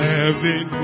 Heaven